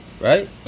Right